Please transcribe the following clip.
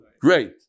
great